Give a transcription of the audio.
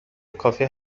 کافی